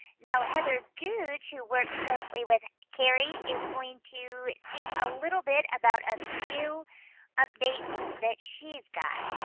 now, heather googe, who works closely with kerri, is going to speak a little bit about a few updates that she's got.